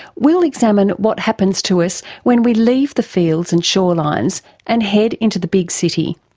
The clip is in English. we'll examine what happens to us when we leave the fields and shorelines and head into the big city.